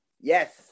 yes